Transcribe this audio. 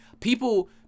People